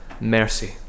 mercy